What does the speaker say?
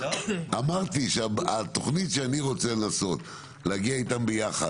אמרתי שהתוכנית שאני רוצה לנסות להגיע איתם ביחד,